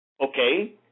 Okay